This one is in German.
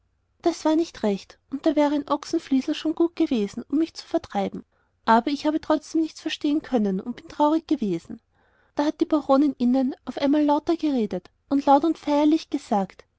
das war nicht recht und da wäre ein ochsenfiesel schon gut gewesen um mich zu vertreiben aber ich habe trotzdem nichts verstehen können und bin traurig gewesen da hat die frau baronin innen auf einmal lauter geredet und laut und feierlich gesagt